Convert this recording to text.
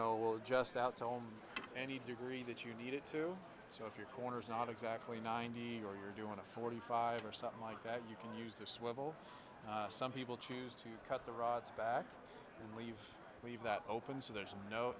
we're just out to home any degree that you needed to so if you're corners not exactly ninety or you're doing a forty five or something like that you can use a swivel some people choose to cut the rods back and leave leave that open so there's no